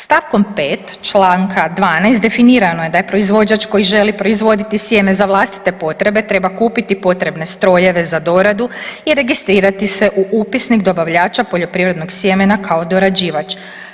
St. 5. čl. 12 definirano je da je proizvođač koji želi proizvoditi sjeme za vlastite potrebe treba kupiti potrebne strojeve za doradu i registrirati se u Upisnik dobavljača poljoprivrednog sjemena kao dorađivač.